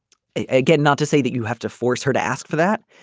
again not to say that you have to force her to ask for that.